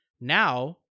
Now